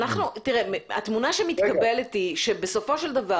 התמונה שמתקבלת היא שבסופו של דבר,